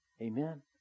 Amen